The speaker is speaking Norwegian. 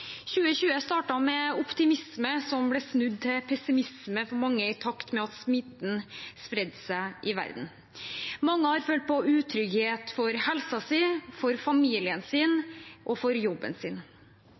2020 startet med optimisme, som ble snudd til pessimisme for mange i takt med at smitten spredte seg i verden. Mange har følt på utrygghet for helsen sin, for familien sin